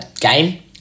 game